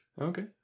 Okay